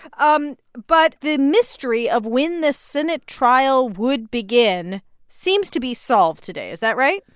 um but the mystery of when this senate trial would begin seems to be solved today. is that right?